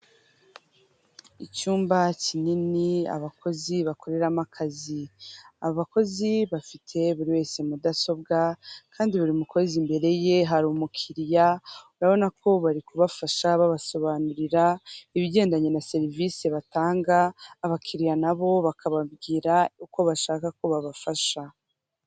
Icyumba kinini abakozi bakoreramo akazi, abakozi bafite buri wese mudasobwa kandi buri mukozi imbere ye hari umukiriya, urabona ko bari kubafasha babasobanurira ibigendanye na serivisi batanga, abakiriya nabo bakababwira uko bashaka ko babafasha